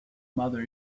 mother